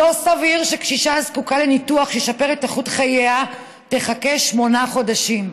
לא סביר שקשישה הזקוקה לניתוח שישפר את איכות חייה תחכה שמונה חודשים,